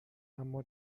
اما